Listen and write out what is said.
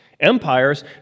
empires